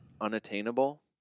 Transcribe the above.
unattainable